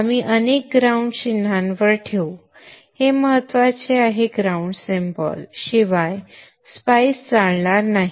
आपण अनेक ग्राउंड चिन्हावर ठेवू हे महत्वाचे आहे ग्राउंड सिम्बॉल शिवाय स्पाइस चालणार नाही